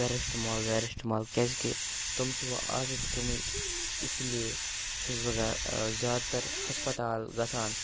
paracetamol وٮ۪رٮ۪سٹٕمال کیٛازِکہِ تٕم چھِ وَ عازَت گٔمٕتۍ اسی لیے چھُس بہٕ گَہ زیادٕ تر ہَسپَتال گژھان